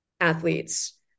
athletes